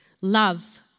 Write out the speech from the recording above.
Love